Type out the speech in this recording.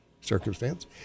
circumstance